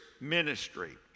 ministry